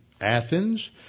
Athens